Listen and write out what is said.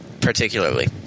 particularly